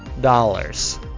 dollars